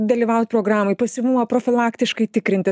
dalyvaut programoj pasyvumą profilaktiškai tikrintis